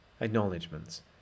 Acknowledgements